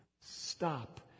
stop